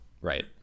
right